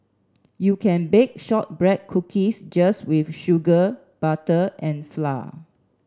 you can bake shortbread cookies just with sugar butter and flour